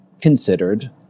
considered